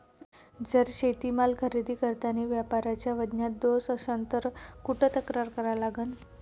जर शेतीमाल खरेदी करतांनी व्यापाऱ्याच्या वजनात दोष असन त कुठ तक्रार करा लागन?